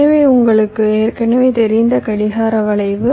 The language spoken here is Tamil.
எனவே உங்களுக்கு ஏற்கனவே தெரிந்த கடிகார வளைவு